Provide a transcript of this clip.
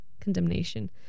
condemnation